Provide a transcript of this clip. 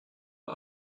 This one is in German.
uhr